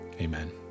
amen